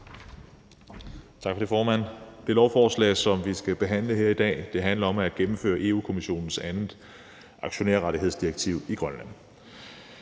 Tak for det, formand. Det lovforslag, som vi skal behandle her i dag, handler om at gennemføre Europa-Kommissionens 2. aktionærrettighedsdirektiv i Grønland.